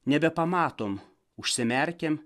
nebepamatom užsimerkiam